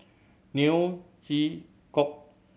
Neo Chwee Kok